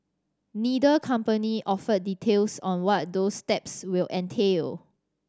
neither company offered details on what those steps will entail